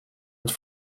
het